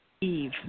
Eve